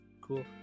Cool